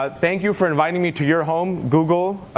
ah thank you for inviting me to your home, google,